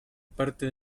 parte